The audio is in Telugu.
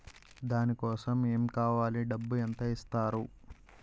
దాని కోసం ఎమ్ కావాలి డబ్బు ఎంత ఇస్తారు?